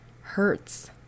hurts